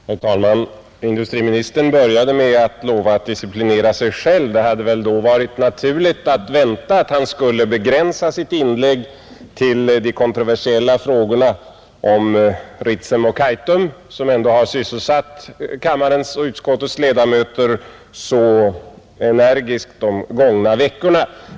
Herr talman! Industriministern började med att lova att disciplinera sig själv. Det hade väl då varit naturligt att vänta att han skulle begränsa sitt inlägg till de kontroversiella frågorna om Ritsem och Kaitum, som ändå har sysselsatt kammarens och utskottets ledamöter så intensivt de gångna veckorna.